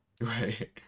Right